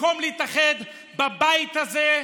במקום להתאחד בבית הזה,